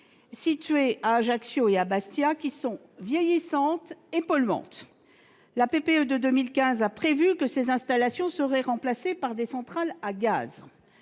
situées à Ajaccio et à Bastia, qui sont vieillissantes et polluantes. La PPE de 2015 a prévu que ces installations seraient remplacées par des centrales à gaz.